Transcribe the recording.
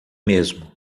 mesmo